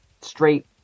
straight